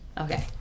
Okay